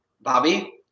Bobby